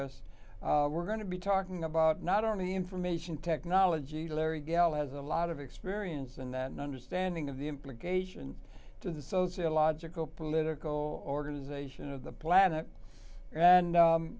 us we're going to be talking about not only information technology larry gal has a lot of experience and then understanding of the implication to the sociological political organization of the planet and